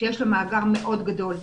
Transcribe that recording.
שיש לו מאגר מאוד גדול.